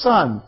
Son